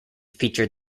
featured